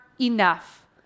enough